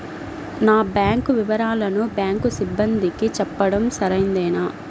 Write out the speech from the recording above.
నా బ్యాంకు వివరాలను బ్యాంకు సిబ్బందికి చెప్పడం సరైందేనా?